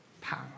power